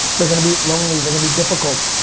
they're gonna be lonely, they're gonna be difficult.